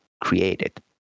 created